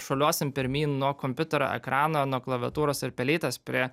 šuoliuosim pirmyn nuo kompiuterio ekrano nuo klaviatūros ir pelytės prie